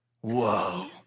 whoa